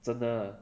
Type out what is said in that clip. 真的